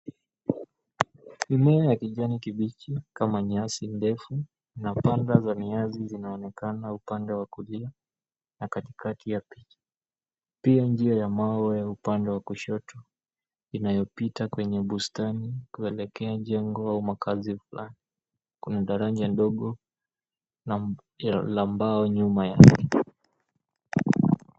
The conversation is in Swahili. Mimea ya kijani kibichi kama nyasi ndefu na panga za miazi zinaonekana upande wa kulia na katikati ya picha. Pia njia ya mawe ya upande wa kushoto inayopita kwenye bustani kuelekea jengo makazi fulani. Kuna daraja ndogo la mbao nyuma yake.